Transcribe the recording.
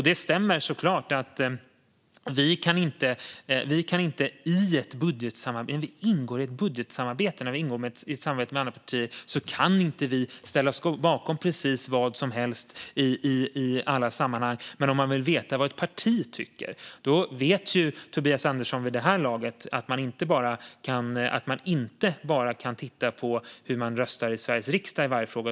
Det stämmer såklart att vi, när vi ingår i ett budgetsamarbete med andra partier, inte kan ställa oss bakom precis vad som helst i alla sammanhang. Men om man vill veta vad ett parti tycker vet Tobias Andersson vid det här laget att man inte bara kan titta på hur ett parti röstar i Sveriges riksdag i varje fråga.